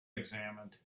examined